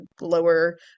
lower